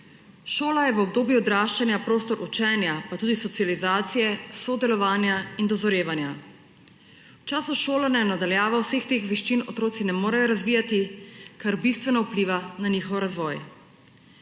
Šola je v obdobju odraščanja prostor učenja, pa tudi socializacije, sodelovanja in dozorevanja. V času šolanja na daljavo vseh teh veščin otroci ne morejo razvijati, kar bistveno vpliva na njihov razvoj. Poleg